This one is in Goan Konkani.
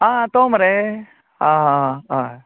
आं तो मरे आं हां हां हय